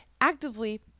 actively